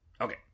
Okay